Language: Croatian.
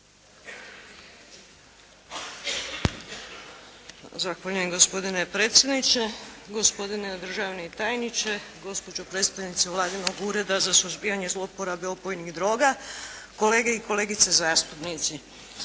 Zahvaljujem gospodine predsjedniče. Gospodine državni tajniče, gospodine predstojnice vladinog Ureda za suzbijanje zlouporabe opojnih droga, kolege i kolegice zastupnici.